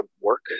work